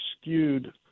skewed